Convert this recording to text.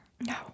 No